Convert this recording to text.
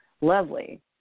lovely